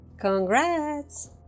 Congrats